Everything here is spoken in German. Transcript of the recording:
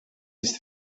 ist